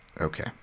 Okay